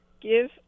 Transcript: give